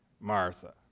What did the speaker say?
Martha